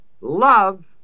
love